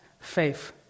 faith